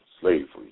slavery